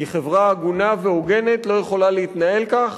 כי חברה הגונה והוגנת לא יכולה להתנהל כך,